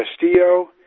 Castillo